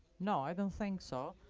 no, i don't think so.